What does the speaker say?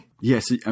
yes